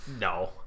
No